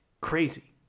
Crazy